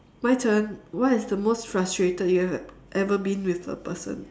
my turn what is the most frustrated you have ever been with a person